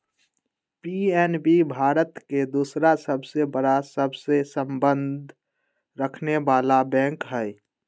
PNB Bharat के दूसरा सबसे बड़ा सबसे संबंध रखनेवाला बैंक हई